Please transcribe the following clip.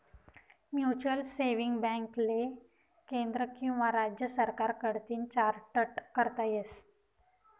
mutual saving बॅकले केंद्र किंवा राज्य सरकार कडतीन चार्टट करता येस